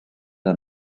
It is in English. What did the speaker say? are